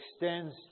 extends